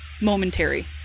momentary